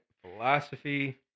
Philosophy